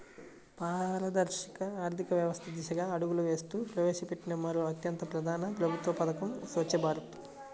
పారదర్శక ఆర్థిక వ్యవస్థ దిశగా అడుగులు వేస్తూ ప్రవేశపెట్టిన మరో అత్యంత ప్రధాన ప్రభుత్వ పథకం స్వఛ్చ భారత్